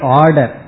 order